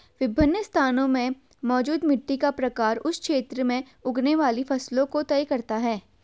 विभिन्न स्थानों में मौजूद मिट्टी का प्रकार उस क्षेत्र में उगने वाली फसलों को तय करता है